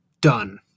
done